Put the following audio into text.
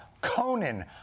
Conan